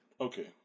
Okay